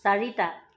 চাৰিটা